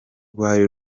rwari